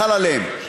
חל עליהם.